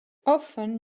often